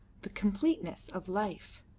the completeness of life.